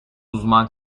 uzman